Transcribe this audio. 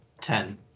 Ten